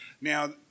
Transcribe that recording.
Now